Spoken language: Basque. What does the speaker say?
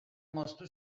moztu